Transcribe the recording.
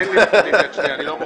אין לי מכונית יש שנייה, אני לא מוכר.